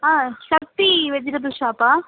on Sakthi vegetable ஷாப்பா